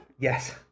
Yes